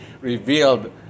revealed